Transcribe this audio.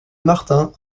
martin